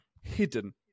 hidden